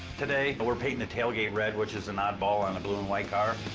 today but we're painted the tailgate red, which is an oddball on a blue-and-white car.